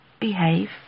behave